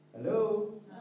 Hello